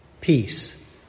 peace